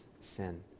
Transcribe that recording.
sin